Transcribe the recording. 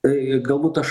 tai galbūt aš